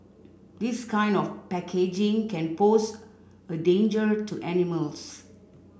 this kind of packaging can pose a danger to animals